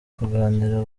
kuganira